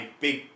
big